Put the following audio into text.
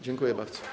Dziękuję bardzo.